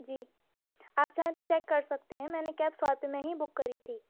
جی آپ چاہیں تو چیک کر سکتے ہیں میں نے کیب سو روپے میں ہی بک کری تھی